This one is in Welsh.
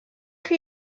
chi